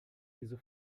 diese